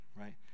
right